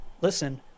listen